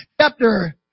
Chapter